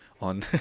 on